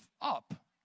up